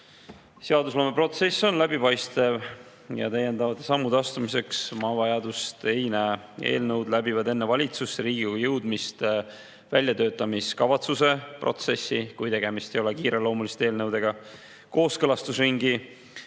Seadusloomeprotsess on läbipaistev ja täiendavate sammude astumiseks ma vajadust ei näe. Eelnõud läbivad enne valitsusse ja Riigikokku jõudmist väljatöötamiskavatsuse protsessi – kui tegemist ei ole kiireloomuliste eelnõudega – ning kooskõlastusringi,